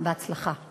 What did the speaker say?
בהצלחה.